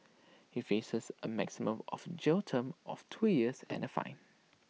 he faces A maximum of jail term of two years and A fine